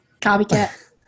Copycat